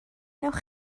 wnewch